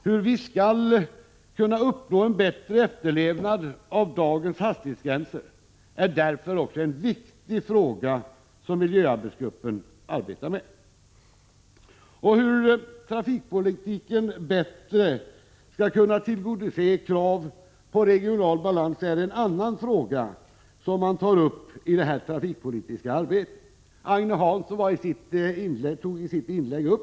Hur vi skall kunna uppnå en bättre efterlevnad av dagens hastighetsgränser är därför också en viktig fråga som miljöarbetsgruppen arbetar med. Hur trafikpolitiken bättre skall kunna tillgodose krav på regional balans är en annan fråga som man tar uppi det trafikpolitiska arbetet — Agne Hansson berörde detta i sitt inlägg.